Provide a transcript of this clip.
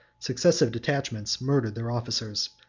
successive detachments murdered their officers,